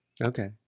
Okay